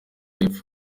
y’epfo